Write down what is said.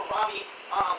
Robbie